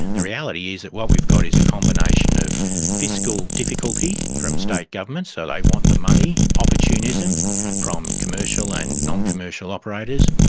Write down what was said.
the reality is that what we've got is a combination of fiscal difficulty from state governments, so they want the money, opportunism from commercial and non-commercial operators,